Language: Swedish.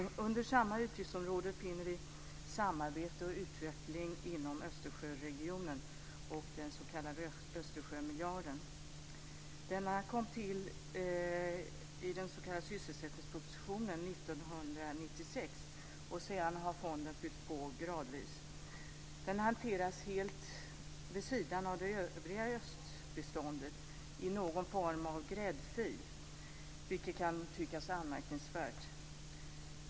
Under samma utgiftsområde finner vi Samarbete och utveckling inom Östersjöregionen och den s.k. Östersjömiljarden. Denna kom till i den s.k. sysselsättningspropositionen 1996, och sedan har fonden fyllts på gradvis. Den hanteras helt vid sidan av det övriga östbiståndet, i någon form av gräddfil, vilket kan tyckas anmärkningsvärt.